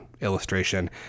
illustration